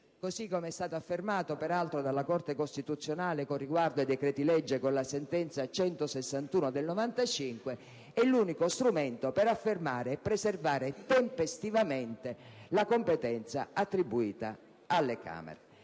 così come è stato affermato peraltro dalla Corte costituzionale con riguardo ai decreti-legge in base alla sentenza n. 161 del 1995, per affermare e preservare tempestivamente la competenza attribuita alle Camere.